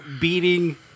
beating